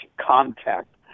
contact